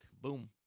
Boom